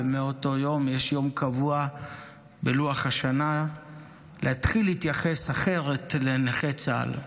ומאותו יום יש יום קבוע בלוח השנה להתחיל להתייחס אחרת לנכי צה"ל.